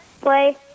play